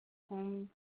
home